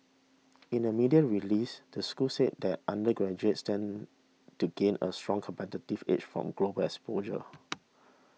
in a media release the school said that undergraduates stand to gain a strong competitive edge from global exposure